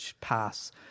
pass